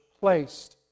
placed